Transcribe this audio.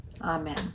amen